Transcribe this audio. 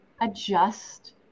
adjust